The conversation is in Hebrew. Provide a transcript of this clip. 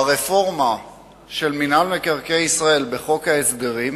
ברפורמה של מינהל מקרקעי ישראל בחוק ההסדרים